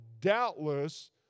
doubtless